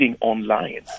online